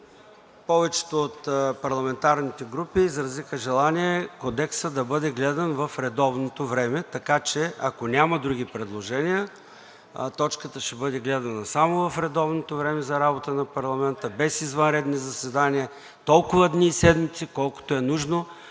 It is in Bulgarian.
Повечето от парламентарните групи изразиха желание Кодексът да бъде гледан в редовното време, така че ако няма други предложения, точката ще бъде гледана само в редовното време за работата на парламента без извънредни заседания, толкова дни и седмици, колкото е нужно